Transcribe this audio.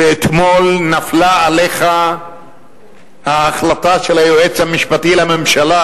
ואתמול נפלה עליך ההחלטה של היועץ המשפטי לממשלה,